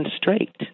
straight